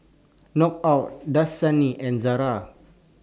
Knockout Dasani and Zara